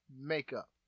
makeup